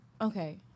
Okay